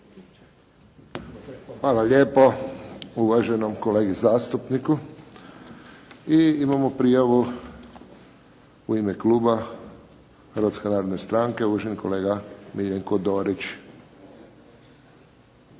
Hvala lijepo uvaženom kolegi zastupniku. I imam prijavu u ime kluba Hrvatske narodne stranke, uvaženi kolega Miljenko Dorić.